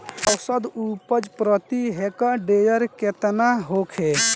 औसत उपज प्रति हेक्टेयर केतना होखे?